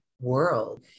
world